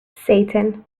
satan